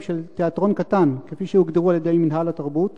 של תיאטרון קטן כפי שהוגדרו על-ידי מינהל התרבות,